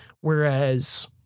whereas